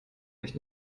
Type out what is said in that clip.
mich